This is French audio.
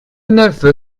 neuf